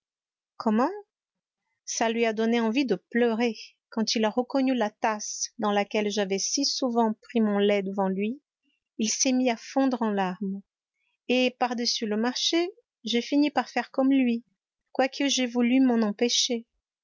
comment ça lui a donné envie de pleurer quand il a reconnu la tasse dans laquelle j'avais si souvent pris mon lait devant lui il s'est mis à fondre en larmes et par-dessus le marché j'ai fini par faire comme lui quoique j'aie voulu m'en empêcher